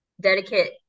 Dedicate